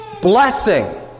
blessing